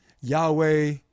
Yahweh